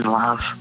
love